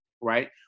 right